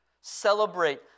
celebrate